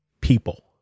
people